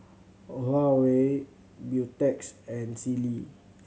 Huawei Beautex and Sealy